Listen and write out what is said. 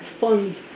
funds